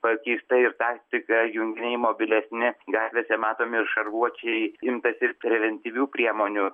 pakeista ir taktika junginiai mobilesni gatvėse matomi ir šarvuočiai imtasi ir preventyvių priemonių